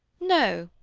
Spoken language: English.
no.